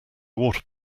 water